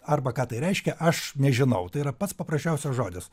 arba ką tai reiškia aš nežinau tai yra pats paprasčiausias žodis